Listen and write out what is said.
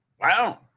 wow